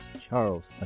Charles